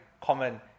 common